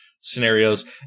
scenarios